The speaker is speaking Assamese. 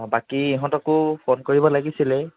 অঁ বাকী ইহঁতকো ফোন কৰিব লাগিছিলে